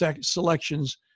selections